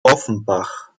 offenbach